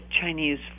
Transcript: Chinese